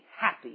happy